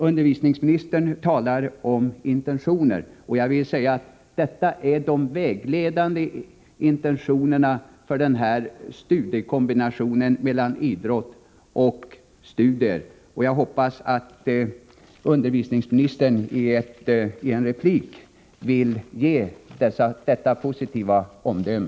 Utbildningsministern talar som sagt om intentioner, och jag vill understryka att det jag här nämnt är de vägledande intentionerna för den här studiekombinationen mellan idrott och studier. Jag hoppas att utbildningsministern i en replik vill ge detta positiva omdöme.